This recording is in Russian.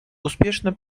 успешно